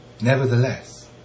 Nevertheless